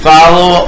Follow